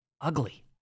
ugly